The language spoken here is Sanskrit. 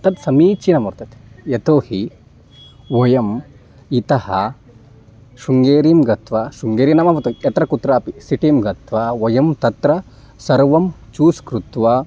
तत् समीचिनं वर्तते यतो हि वयम् इतः शृङ्गेरीं गत्वा शृङ्गेरि नाम यत् यत्र कुत्रापि सिटिं गत्वा वयं तत्र सर्वं चूस् कृत्वा